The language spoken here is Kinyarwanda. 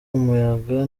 umuyaga